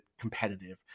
competitive